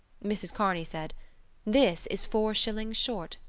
mrs. kearney said this is four shillings short.